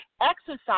exercise